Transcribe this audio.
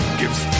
gives